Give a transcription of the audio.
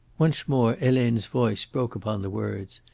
once more helene's voice broke upon the words.